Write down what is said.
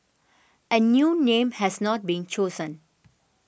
a new name has not been chosen